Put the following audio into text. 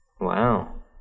Wow